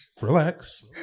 Relax